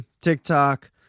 TikTok